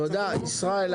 תודה ישראל.